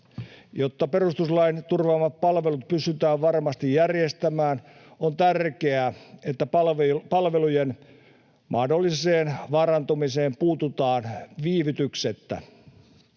Jotta perustuslain turvaamat palvelut pystytään varmasti järjestämään, on tärkeää, että palvelujen mahdolliseen vaarantumiseen puututaan viivytyksettä.